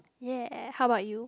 ya how bout you